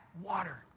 water